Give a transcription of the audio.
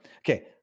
Okay